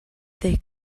they